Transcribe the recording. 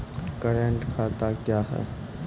Current खाता क्या हैं?